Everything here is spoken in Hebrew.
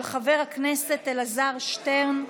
של חבר הכנסת אלעזר שטרן.